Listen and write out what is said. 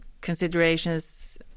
considerations